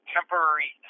Temporary